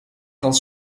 van